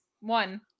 one